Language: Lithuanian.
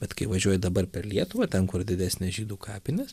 bet kai važiuoju dabar per lietuvą ten kur didesnės žydų kapinės